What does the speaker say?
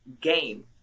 game